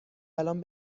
الان